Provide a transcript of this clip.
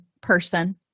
person